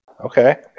Okay